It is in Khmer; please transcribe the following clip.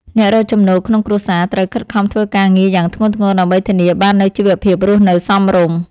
អ្នករកចំណូលក្នុងគ្រួសារត្រូវខិតខំធ្វើការងារយ៉ាងធ្ងន់ធ្ងរដើម្បីធានាបាននូវជីវភាពរស់នៅសមរម្យ។